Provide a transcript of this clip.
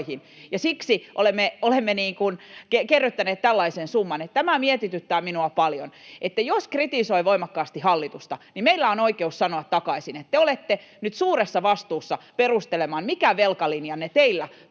siksi olemme kerryttäneet tällaisen summan. Tämä mietityttää minua paljon. Jos kritisoi voimakkaasti hallitusta, niin meillä on oikeus sanoa takaisin. Te olette nyt suuressa vastuussa perustelemaan, mikä teidän velkalinjanne toden